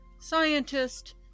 scientist